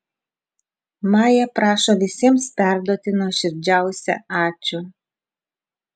maja prašo visiems perduoti nuoširdžiausią ačiū